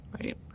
Right